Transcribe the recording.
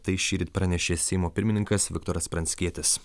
tai šįryt pranešė seimo pirmininkas viktoras pranckietis